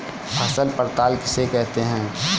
फसल पड़ताल किसे कहते हैं?